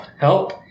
help